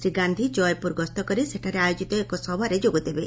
ଶ୍ରୀ ଗାନ୍ଧି ଜୟପୁର ଗସ୍ତ କରି ସେଠାରେ ଆୟୋଜିତ ଏକ ସଭାରେ ଯୋଗ ଦେବେ